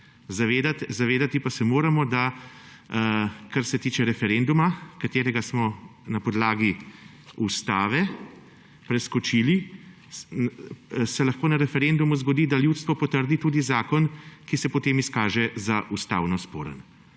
Zavedati pa se moramo, da kar se tiče referenduma, ki smo smo ga na podlagi Ustave preskočili, se lahko na referendumu zgodi, da ljudstvo potrdi tudi zakon, ki se potem izkaže za ustavnosporen.